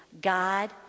God